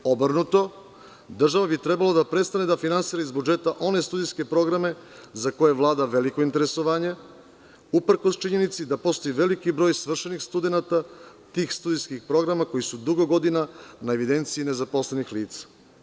Obrnuto, država bi trebalo da prestane da finansira iz budžeta one studentske programe za koje vlada veliko interesovanje, uprkos činjenici da postoji veliki broj svršenih studenata tih studentskih programa koji su dugo godina na evidenciji nezaposlenih lica.